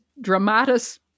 dramatis